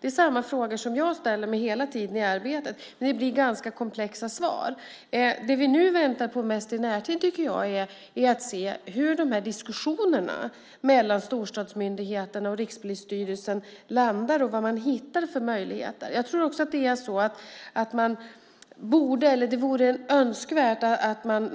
Det är samma frågor som jag ställer mig hela tiden i arbetet. Men det blir ganska komplexa svar. Det vi nu väntar på mest i närtid tycker jag är att se hur de här diskussionerna mellan storstadsmyndigheterna och Rikspolisstyrelsen landar och vad de hittar för möjligheter. Jag tror också att det vore önskvärt att man